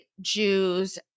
Jews